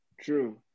True